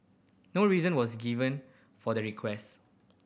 no reason was given for the request